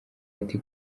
ati